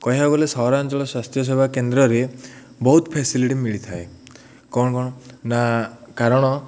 କହିବାକୁ ଗଲେ ସହରାଞ୍ଚଳ ସ୍ୱାସ୍ଥ୍ୟ ସେବା କେନ୍ଦ୍ରରେ ବହୁତ ଫେସିଲିଟି ମିଳିଥାଏ କ'ଣ କ'ଣ ନା କାରଣ